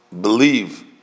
believe